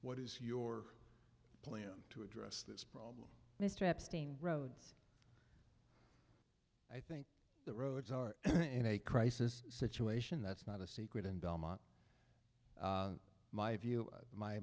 what is your plan to address this problem mr epstein roads i think the roads are in a crisis situation that's not a secret in belmont my view my